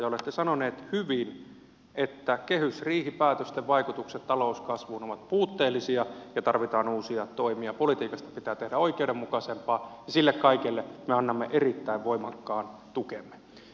olette sanonut hyvin että kehysriihipäätösten vaikutukset talouskasvuun ovat puutteellisia tarvitaan uusia toimia ja politiikasta pitää tehdä oikeudenmukaisempaa ja sille kaikelle me annamme erittäin voimakkaan tukemme